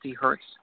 hertz